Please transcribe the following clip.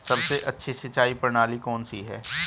सबसे अच्छी सिंचाई प्रणाली कौन सी है?